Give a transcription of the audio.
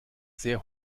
sehr